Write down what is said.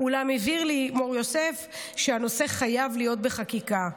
אולם הבהיר לי מור יוסף שהנושא חייב להיות בחקיקה.